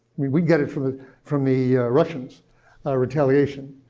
we'd we'd get it from it from the russians' retaliation.